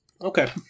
Okay